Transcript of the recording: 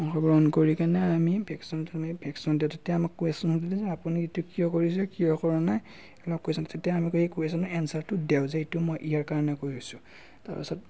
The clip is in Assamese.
অংশগ্ৰহণ কৰি কেনে আমি ভেশচনটো ভেশচনটো তেতিয়া আমাক কুৱেশ্বন সুধিলে যে আপুনি এইটো কিয় কৰিছে কিয় কৰা নাই তেতিয়া আমি কুৱেশ্বনৰ এনচাৰটো দেও যে এইটো মই ইয়াৰ কাৰণে কৰিছোঁ তাৰপাছত